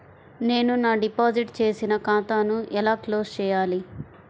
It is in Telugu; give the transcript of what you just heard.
నేను నా డిపాజిట్ చేసిన ఖాతాను ఎలా క్లోజ్ చేయాలి?